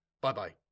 Bye-bye